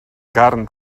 carn